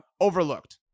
overlooked